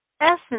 essence